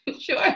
Sure